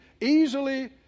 easily